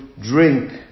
drink